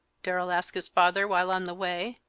darrell asked his father, while on the way.